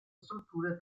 strutture